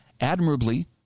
admirably